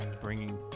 bringing